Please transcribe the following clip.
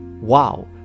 Wow